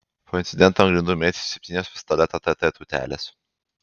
po incidento ant grindų mėtėsi septynios pistoleto tt tūtelės